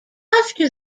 after